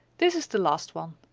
this is the last one,